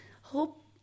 hope